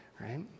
right